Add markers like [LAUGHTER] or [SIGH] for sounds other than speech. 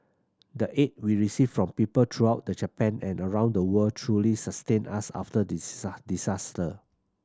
the aid we received from people throughout the Japan and around the world truly sustained us after the [UNINTELLIGIBLE] disaster